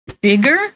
bigger